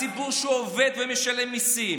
הציבור שעובד ומשלם מיסים,